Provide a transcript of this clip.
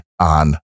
on